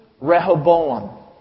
Rehoboam